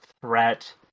Threat